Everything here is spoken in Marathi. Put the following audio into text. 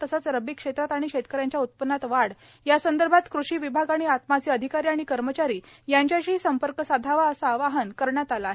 तसेच रब्बी क्षेत्रात आणि शेतकऱ्यांच्या उत्पन्नात वाढ या संदर्भात कृषी विभाग आणि आत्माचे अधिकारी आणि कर्मचारी यांच्याशी संपर्क साधावा असे आवाहन करण्यात आले आहे